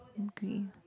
okay